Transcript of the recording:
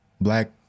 black